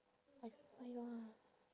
I what he want